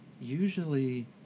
Usually